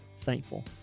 thankful